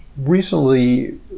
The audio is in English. Recently